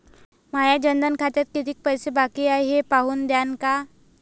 माया जनधन खात्यात कितीक पैसे बाकी हाय हे पाहून द्यान का?